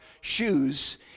shoes